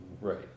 right